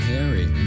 Harry